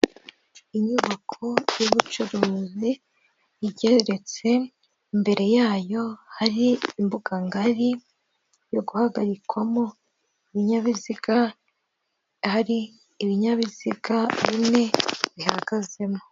Inyubako y'ubucuruzi igeretse imbere yayo hari imbuga ngari yo guhagarikwamo ibinyabiziga, hari ibinyabiziga bine bihagazemo.